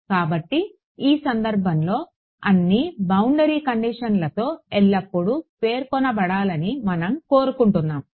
కాబట్టి ఈ సందర్భంలో అన్ని బౌండరీ కండిషన్లతో ఎల్లప్పుడూ పేర్కొనబడాలని మనం కోరుకుంటున్నాము